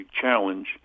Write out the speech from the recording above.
challenge